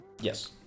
Yes